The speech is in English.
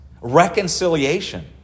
reconciliation